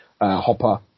Hopper